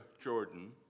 Jordan